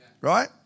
right